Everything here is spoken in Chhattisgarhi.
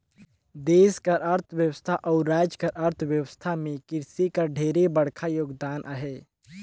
देस कर अर्थबेवस्था अउ राएज कर अर्थबेवस्था में किरसी कर ढेरे बड़खा योगदान अहे